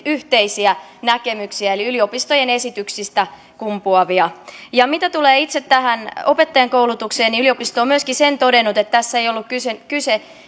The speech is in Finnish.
yhteisiä näkemyksiä eli yliopistojen esityksistä kumpuavia mitä tulee itse tähän opettajankoulutukseen niin yliopisto on myöskin sen todennut että tässä ei ollut kyse kyse